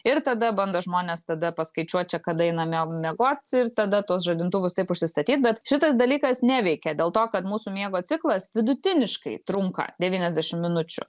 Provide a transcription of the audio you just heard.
ir tada bando žmonės tada paskaičiuot čia kada einame miegot ir tada tuos žadintuvus taip užsistatyt bet šitas dalykas neveikia dėl to kad mūsų miego ciklas vidutiniškai trunka devyniasdešimt minučių